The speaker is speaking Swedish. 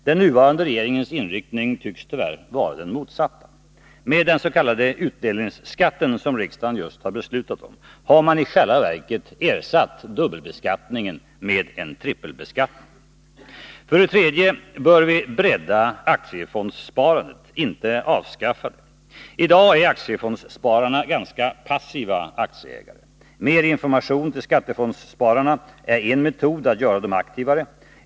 Den nuvarande regeringens inriktning tycks tyvärr vara den motsatta. Med den s.k. utdelningsskatten, som riksdagen just har fattat beslut om, har man i själva verket ersatt dubbelbeskattningen med en trippelbeskattning. För det tredje bör vi bredda aktiefondssparandet, inte avskaffa det. I dag är aktiefondsspararna ganska passiva aktieägare. Mer information till skattefondsspararna är en metod att göra dem aktivare.